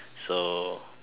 so